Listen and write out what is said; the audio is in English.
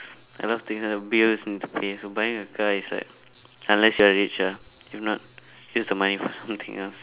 a lot of things ah bills need to pay so buying a car is like unless you are rich ah if not use the money for something else